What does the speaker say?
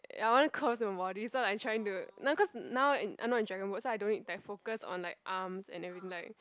ya I want curves and body so I trying to no cause now in I not in dragon boat so I don't need that focus on like arms and everything like